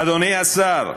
אדוני השר,